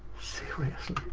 seriously.